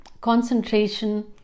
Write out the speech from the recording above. concentration